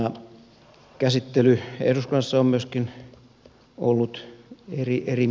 tämä käsittely myöskin eduskunnassa on ollut erimielinen